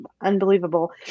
unbelievable